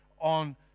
on